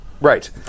right